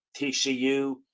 TCU